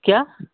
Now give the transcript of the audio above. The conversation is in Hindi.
क्या